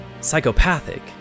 psychopathic